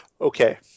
Okay